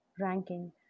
ranking